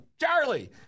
Charlie